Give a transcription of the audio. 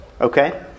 okay